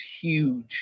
huge